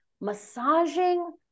massaging